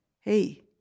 hey